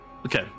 Okay